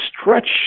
stretch